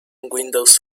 windows